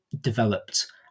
developed